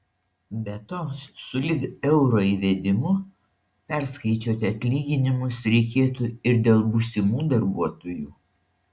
be to sulig euro įvedimu perskaičiuoti atlyginimus reikėtų ir dėl būsimų darbuotojų